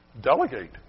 delegate